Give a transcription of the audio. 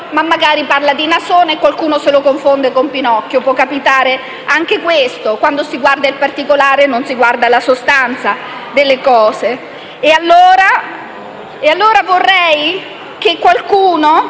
o, parlando di Nasone, qualcuno lo confondesse con Pinocchio. Può capitare anche questo. Quando si guarda il particolare, non si guarda la sostanza delle cose. Pertanto, vorrei che qualcuno